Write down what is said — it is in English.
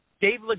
dave